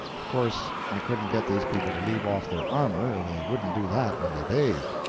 of course, i couldn't get these people to leave off their armor they wouldn't do that when they bathed.